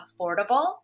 affordable